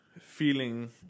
feeling